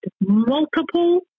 multiple